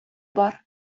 бар